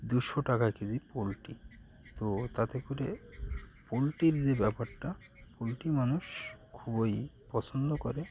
দুশো টাকা কেজি পোলট্রি তো তাতে করে পোলট্রির যে ব্যাপারটা পোলট্রি মানুষ খুবই পছন্দ করে